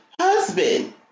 husband